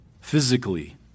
physically